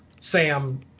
Sam